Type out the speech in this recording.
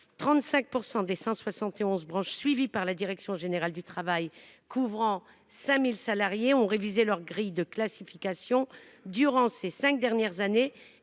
et onze branches suivies par la direction générale du travail couvrant 5 000 salariés ont révisé leur grille de classification au cours des cinq dernières années.